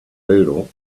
poodle